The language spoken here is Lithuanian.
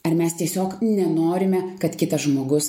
ar mes tiesiog nenorime kad kitas žmogus